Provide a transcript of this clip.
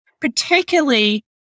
particularly